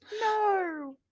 No